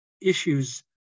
issues